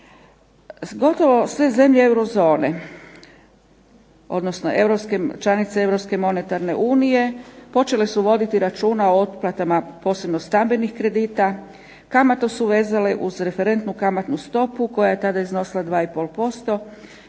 Gotovo sve zemlje euro zone odnosno članice Europske monetarne unije počele su voditi računa o otplatama posebno stambenih kredita, kamatu su vezale uz referentnu kamatnu stopu koja je tada iznosila 2,5%